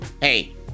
Hey